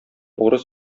урыс